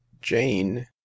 jane